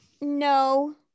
No